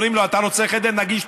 אומרים לו: אתה רוצה חדר נגיש,